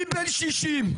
אני בן 60,